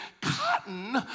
cotton